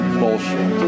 bullshit